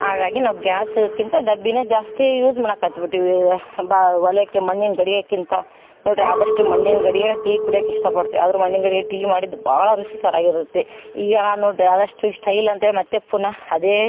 ಹಾಗಾಗಿ ನಾವು ಗ್ಯಾಸಕ್ಕಿಂತ ಡಬ್ಬಿನೇ ಜಾಸ್ತಿ ಯೂಸ್ ಮಾಡೋಕತ್ಬಿಟ್ಟಿವೆ ಯಾ ಬಾ ಒಲೆಕ್ಕೆ ಮಣ್ಣಿನ ಗಡಿಗೆಕ್ಕಿಂತ ನೋಡ್ರಿ ಆದಷ್ಟು ಮಣ್ಣಿನ ಗಡಿಗ್ಯಾಗ್ ಟಿ ಕುಡಿಯೋಕ್ ಇಷ್ಟ ಪಡ್ತ್ಯ ಆದ್ರ್ ಮಣ್ಣಿನ ಗಡಿಗೆ ಟೀ ಮಾಡಿದ್ದು ಭಾಳ ರುಚಿಕರ ಆಗಿರುತ್ತೆ ಈಗ ನೋಡ್ರಿ ಆದಷ್ಟು ಸ್ಟೈಲ್ ಅಂತೇಳಿ ಮತ್ತು ಪುನಹ ಅದೇ